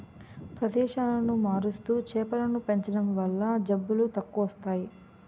ప్రదేశాలను మారుస్తూ చేపలను పెంచడం వల్ల జబ్బులు తక్కువస్తాయి